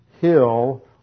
hill